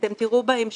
אתם תראו בהמשך,